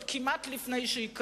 עוד כמעט לפני שהיא קמה.